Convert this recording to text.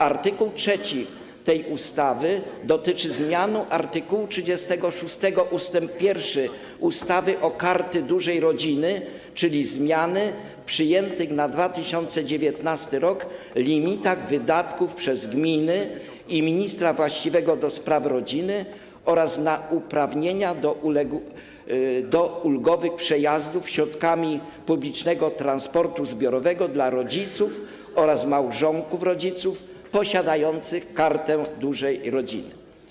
Art. 3 tej ustawy dotyczy zmiany art. 36 ust. 1 ustawy o Karcie Dużej Rodziny, czyli zmiany w przyjętych na 2019 r. limitach wydatków przez gminy i ministra właściwego do spraw rodziny oraz na uprawnienia do ulgowych przejazdów środkami publicznego transportu zbiorowego dla rodziców oraz małżonków rodziców posiadających Kartę Dużej Rodziny.